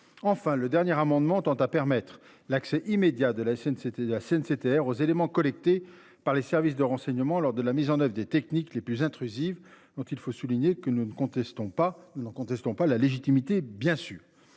Enfin le dernier amendement tend à permettre l'accès immédiat de la SNE, c'était la CNCTR aux éléments collectés par les services de renseignement lors de la mise en oeuvre des techniques les plus intrusive dont il faut souligner que nous ne contestons pas, nous